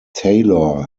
taylor